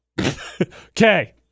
Okay